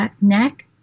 neck